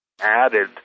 added